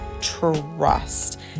trust